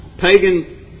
pagan